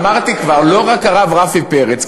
אמרתי כבר, לא רק הרב רפי פרץ.